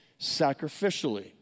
sacrificially